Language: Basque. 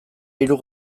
hiru